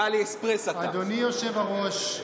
אדוני היושב-ראש,